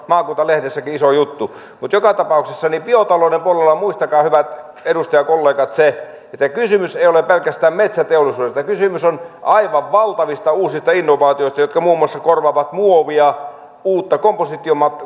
maakuntalehdessäkin iso juttu mutta joka tapauksessa biotalouden puolella muistakaa hyvät edustajakollegat se että kysymys ei ole pelkästään metsäteollisuudesta kysymys on aivan valtavista uusista innovaatioista jotka muun muassa korvaavat muovia uutta